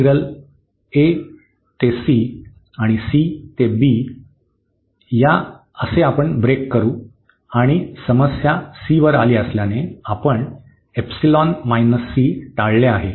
integral a ते c आणि c ते b या असे आपण ब्रेक करू आणि समस्या c वर आली असल्याने आपण c टाळले आहे